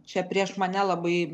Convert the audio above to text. čia prieš mane labai